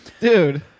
Dude